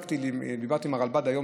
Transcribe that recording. דיברתי עם הרלב"ד היום,